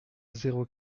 zéro